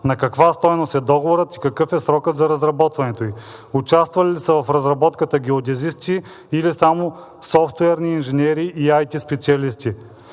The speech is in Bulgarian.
На каква стойност е договорът и какъв е срокът за разработването ѝ? Участвали ли са в разработката геодезисти, или само софтуерни инженери и IT специалисти?